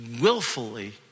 willfully